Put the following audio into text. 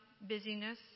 busyness